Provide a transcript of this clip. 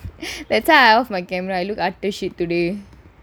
that is why I off my camera I looked after shit today